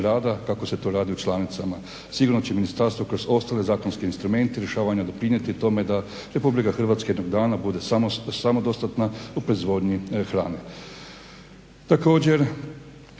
rada kako se to radi u članicama. Sigurno će ministarstvo kroz ostale zakonske instrumente rješavanja doprinijeti tome da Republika Hrvatska jednog dana bude samodostatna u proizvodnji hrane. Također